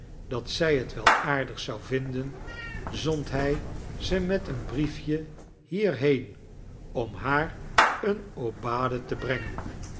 dat zij t wel aardig zou vindenj zond hij ze met een briefje het heen om haar eene aubade te brengen